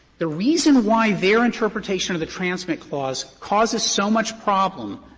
the reason why their interpretation of the transmit clause causes so much problem,